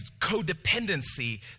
codependency